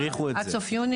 הם האריכו את זה,